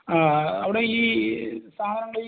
ആ അവിടെ ഈ സാധനങ്ങൾ